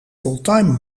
fulltime